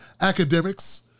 Academics